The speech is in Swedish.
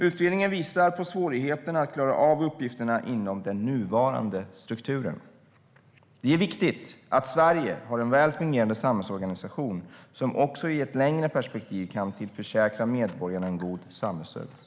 Utredningarna visar på svårigheterna att klara av uppgifterna inom den nuvarande strukturen. Det är viktigt att Sverige har en väl fungerande samhällsorganisation som också i ett längre perspektiv kan tillförsäkra medborgarna en god samhällsservice.